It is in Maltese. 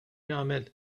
jagħmel